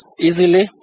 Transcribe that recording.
easily